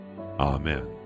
Amen